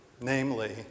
Namely